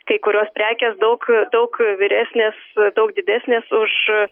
kai kurios prekės daug daug vyresnės daug didesnės už